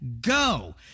go